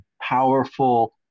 powerful